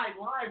live